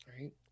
Right